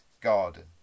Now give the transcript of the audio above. garden